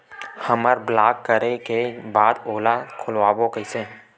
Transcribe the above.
हमर ब्लॉक करे के बाद ओला खोलवाबो कइसे?